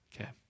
okay